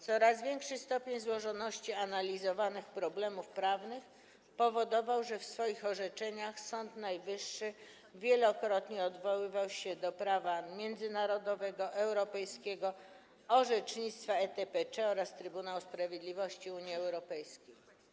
Coraz większy stopień złożoności analizowanych problemów prawnych powodował, że w swoich orzeczeniach Sąd Najwyższy wielokrotnie odwoływał się do prawa międzynarodowego, europejskiego, orzecznictwa ETPC oraz Trybunału Sprawiedliwości Unii Europejskiej.